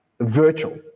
virtual